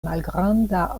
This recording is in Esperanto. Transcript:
malgranda